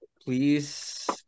please